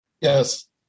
Yes